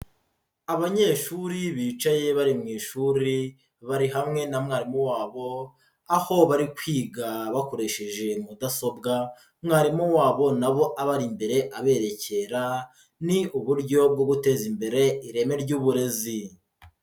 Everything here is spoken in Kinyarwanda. Abanyeshuri bicaye bari mu ishuri bari hamwe na mwarimu wabo, aho bari kwiga bakoresheje mudasobwa, mwarimu wabo na bo abari imbere abererekera, ni uburyo bwo guteza imbere ireme ry'uburezi.